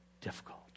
difficult